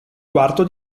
quarto